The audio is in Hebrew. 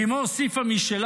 ואמו הוסיפה משלה,